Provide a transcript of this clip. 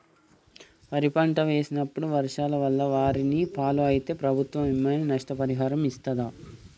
వరి పంట వేసినప్పుడు వర్షాల వల్ల వారిని ఫాలో అయితే ప్రభుత్వం ఏమైనా నష్టపరిహారం ఇస్తదా?